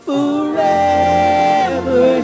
Forever